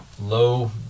low